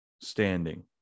standing